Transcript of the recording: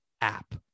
app